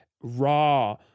raw